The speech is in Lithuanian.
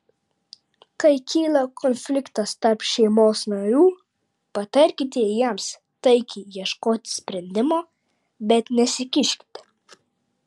kai kyla konfliktas tarp šeimos narių patarkite jiems taikiai ieškoti sprendimo bet nesikiškite